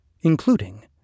including